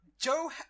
Joe